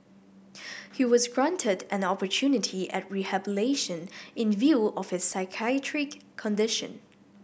he was granted an opportunity at rehabilitation in view of his psychiatric condition